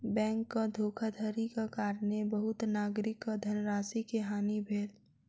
बैंकक धोखाधड़ीक कारणेँ बहुत नागरिकक धनराशि के हानि भेल